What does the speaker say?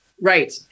Right